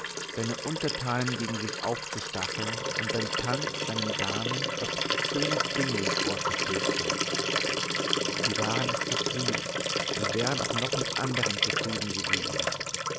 seine untertanen gegen sich aufzustacheln und beim tanz seinen damen obszöne dinge ins ohr zu flüstern sie waren es zufrieden und wären auch noch mit anderem zufrieden gewesen